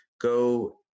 go